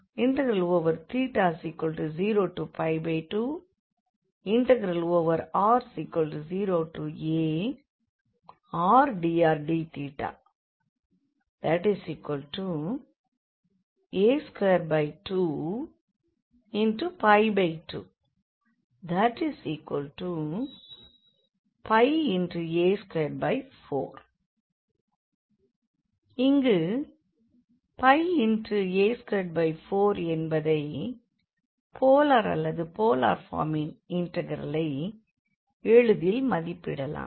Aθ02r0ardrdθ a222 a24 இங்கு a24என்பதை polar அல்லது போலார் ஃபார்மின் இண்டெக்ரலை எளிதில் மதிப்பிடலாம்